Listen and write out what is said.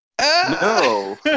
No